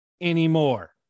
anymore